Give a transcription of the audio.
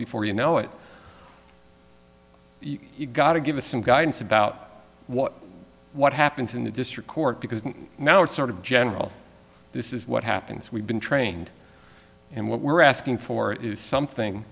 before you know it you've got to give us some guidance about what what happens in the district court because now it's sort of general this is what happens we've been trained and what we're asking for is something